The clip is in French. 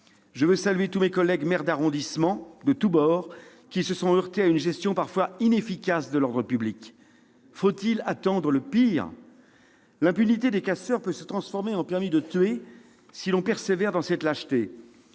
Je veux saluer tous mes collègues maires d'arrondissement, de tous bords, qui se sont heurtés à une gestion parfois inefficace de l'ordre public. Faut-il attendre le pire pour agir ? L'impunité des casseurs peut se transformer en permis de tuer si l'on persévère dans cette lâcheté